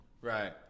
right